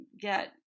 get